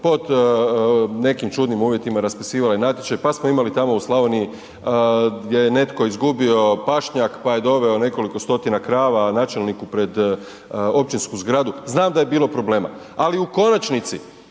pod nekim čudnim uvjetima raspisivali natječaj, pa smo imali tamo u Slavoniji gdje je netko izgubio pašnjak, pa je doveo nekoliko stotina krava načelniku pred općinsku zgradu, znam da je bilo problema, ali u konačnici,